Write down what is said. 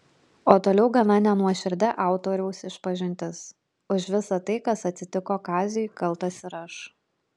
o toliau gana nenuoširdi autoriaus išpažintis už visa tai kas atsitiko kaziui kaltas ir aš